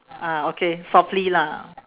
ah okay softly lah